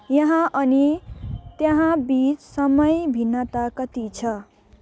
यहाँ अनि त्यहाँबिच समय भिन्नता कति छ